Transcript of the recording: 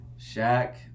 Shaq